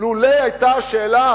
לולא היתה השאלה